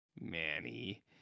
Manny